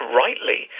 rightly